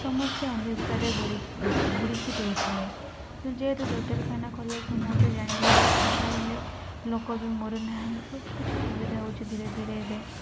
ସମସ୍ତେ ଅନ୍ଧ ବିିଷରେ ବୁଡ଼ି ବୁଡ଼ିକି ରହୁଥିଲେ ତେଣୁ ଯେହେତୁ ଡକ୍ଟରଖାନା ଖୋଲିବା ସମସ୍ତେ ଜାଣିଲେ ଶିକ୍ଷିତ ହେଲେ ଲୋକ ବି ମରୁ ନାହାନ୍ତି ସବୁକିଛି ସୁବିଧା ହେଉଛି ଧୀରେ ଧୀରେ ଏବେ